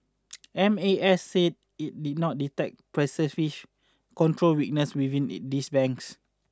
M A S said it did not detect pervasive control weaknesses within these banks